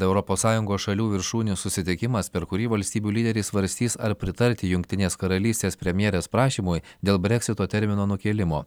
europos sąjungos šalių viršūnių susitikimas per kurį valstybių lyderiai svarstys ar pritarti jungtinės karalystės premjerės prašymui dėl breksito termino nukėlimo